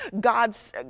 God's